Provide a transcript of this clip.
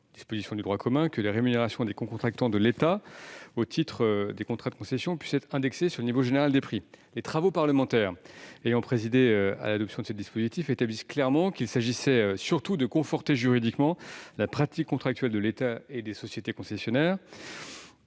dispositions du droit commun, que les rémunérations des cocontractants de l'État au titre des contrats de concession puissent être indexées sur le niveau général des prix. Les travaux parlementaires ayant conduit à l'adoption de ces dispositifs établissent clairement qu'il s'agissait surtout de conforter juridiquement la pratique contractuelle de l'État et des sociétés concessionnaires